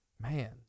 Man